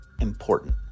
important